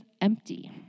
empty